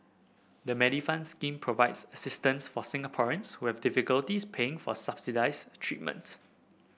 the Medifund scheme provides assistance for Singaporeans who have difficulties paying for subsidized treatment